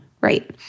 right